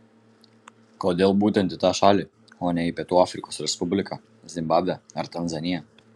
kodėl būtent į tą šalį o ne į pietų afrikos respubliką zimbabvę ar tanzaniją